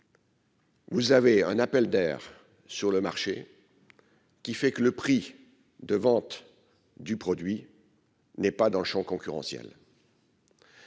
Vous avez un appel d'air sur le marché qui fait que le prix de vente du produit. N'est pas dans le Champ concurrentiel.